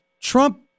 Trump